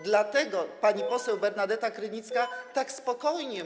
Dlatego pani poseł Bernadeta Krynicka tak spokojnie mówi.